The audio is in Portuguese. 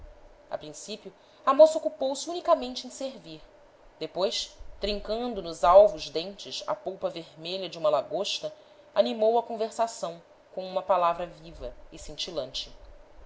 a princípio a moça ocupou se unicamente em servir depois trincando nos alvos dentes a polpa vermelha de uma lagosta animou a conversação com uma palavra viva e cintilante